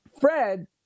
Fred